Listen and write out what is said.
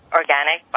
organic